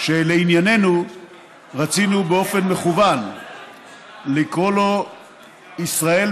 שלענייננו רצינו באופן מכוון לקרוא לו "ישראל,